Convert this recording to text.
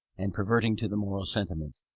and perverting to the moral sentiments,